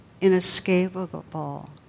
inescapable